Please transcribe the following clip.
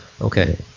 Okay